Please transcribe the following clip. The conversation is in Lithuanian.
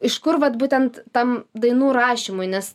iš kur vat būtent tam dainų rašymui nes